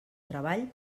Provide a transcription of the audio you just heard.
treball